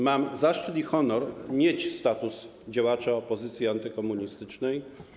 Mam zaszczyt i honor mieć status działacza opozycji antykomunistycznej.